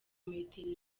metero